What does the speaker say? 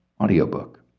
audiobook